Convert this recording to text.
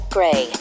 Gray